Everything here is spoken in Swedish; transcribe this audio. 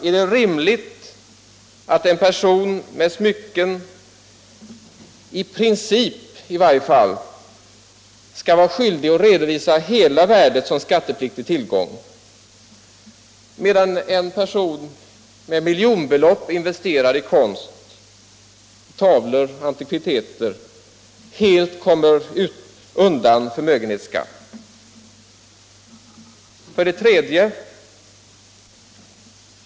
Är det rimligt att en person med smycken skall, i princip i varje fall, vara skyldig att redovisa hela värdet som skattepliktig tillgång medan en person med miljonbelopp investerade i konst — tavlor, antikviteter etc. — helt kommer undan förmögenhetsskatt? 3.